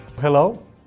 Hello